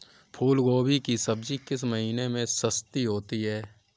फूल गोभी की सब्जी किस महीने में सस्ती होती है?